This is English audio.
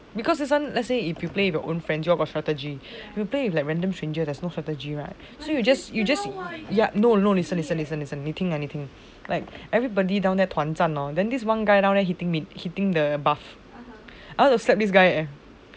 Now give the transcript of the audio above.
because this one let's say if you play with your own friends y'all got strategy you play with like random stranger there's no strategy right so you just you just ya no no listen listen listen 你听啊你听 like everybody down there 团战 lor then this one guy down there he hitting the buff I want to slap this guy leh